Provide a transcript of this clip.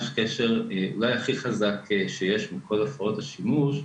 את הקשר הכי חזק שיש מכל הפרעות השימוש.